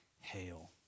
hail